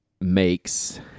makes